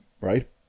right